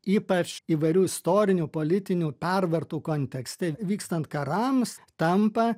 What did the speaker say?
ypač įvairių istorinių politinių pervartų kontekste vykstant karams tampa